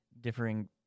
differing